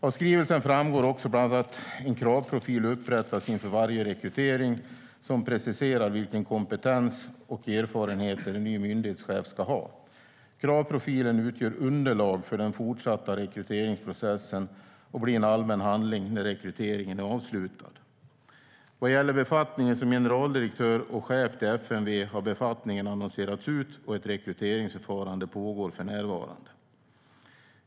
Av skrivelsen framgår också bland annat att en kravprofil upprättas inför varje rekrytering, som preciserar vilken kompetens och vilka erfarenheter en ny myndighetschef ska ha. Kravprofilen utgör underlag för den fortsatta rekryteringsprocessen och blir en allmän handling när rekryteringen är avslutad. Vad gäller befattningen som generaldirektör och chef för FMV har befattningen annonserats ut, och ett rekryteringsförfarande pågår för närvarande.